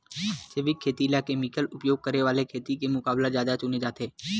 जैविक खेती ला केमिकल उपयोग करे वाले खेती के मुकाबला ज्यादा चुने जाते